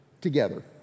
together